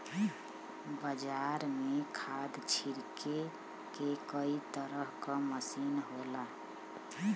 बाजार में खाद छिरके के कई तरे क मसीन होला